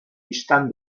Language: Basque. bistan